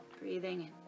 Breathing